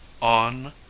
on